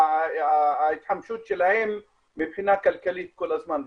ההתחמשות שלהם מבחינה כלכלית כל הזמן.